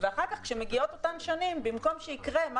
ואחר כך כשמגיעות אותן שנים במקום שיקרה מה